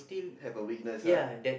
have a weakness ah